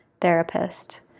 therapist